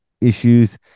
issues